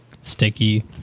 sticky